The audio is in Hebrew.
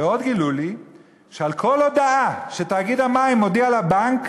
ועוד גילו לי שעל כל הודעה שתאגיד המים מודיע לבנק,